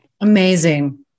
Amazing